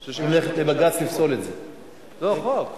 הערר על החלטת חשב המשרד להגנת הסביבה לעניין